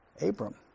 Abram